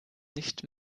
nicht